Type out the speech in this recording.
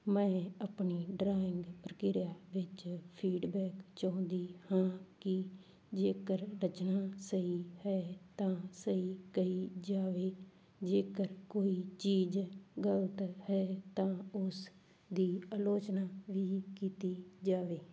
ਮੈਂ ਆਪਣੀ ਡਰਾਇੰਗ ਪ੍ਰਕਿਰਿਆ ਵਿੱਚ ਫੀਡਬੈਕ ਚਾਹੁੰਦੀ ਹਾਂ ਕਿ ਜੇਕਰ ਰਚਨਾ ਸਹੀ ਹੈ ਤਾਂ ਸਹੀ ਕਹੀ ਜਾਵੇ ਜੇਕਰ ਕੋਈ ਚੀਜ਼ ਗਲਤ ਹੈ ਤਾਂ ਉਸ ਦੀ ਆਲੋਚਨਾ ਵੀ ਕੀਤੀ ਜਾਵੇ